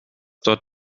dort